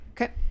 Okay